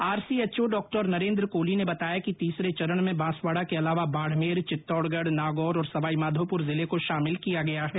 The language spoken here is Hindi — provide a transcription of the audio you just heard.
आरसीएचओ डॉ नरेन्द्र कोली ने बताया कि तीसरे चरण में बांसवाडा के अलावा बाड़मेर चित्तौडगढ नागौर और सवाईमाधोपुर जिले को शामिल किया गया है